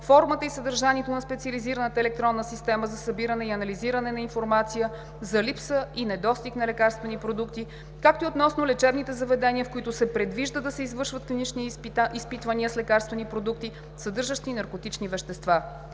формата и съдържанието на специализираната електронна система за събиране и анализиране на информация за липса и недостиг на лекарствени продукти, както и относно лечебните заведения, в които се предвижда да се извършват клинични изпитвания с лекарствени продукти, съдържащи наркотични вещества.